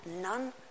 none